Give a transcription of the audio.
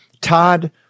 Todd